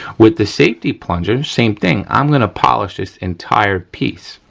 with the safety plunger, same thing. i'm gonna polish this entire piece,